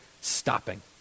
Stopping